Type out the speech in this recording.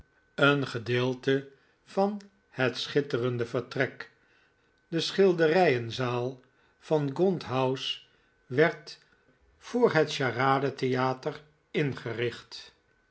een gedeelte van het schitterende vertrek de schilderijenzaal van gaunt house werd voor het charade theater ingericht